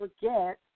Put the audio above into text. forget